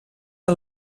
que